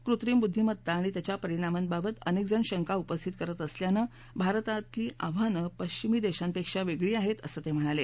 कृत्रिम बुद्वीमत्ता आणि त्याच्या परिणांमाबाबत अनेकजण शंका उपस्थित करत असल्यानं भारतातली आव्हानं पश्चिमी देशापेक्षा वेगळी आहेत असं ते म्हणाले